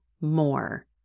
more